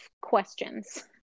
questions